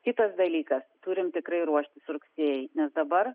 kitas dalykas turim tikrai ruoštis rugsėjui nes dabar